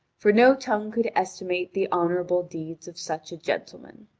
for no tongue could estimate the honourable deeds of such a gentleman.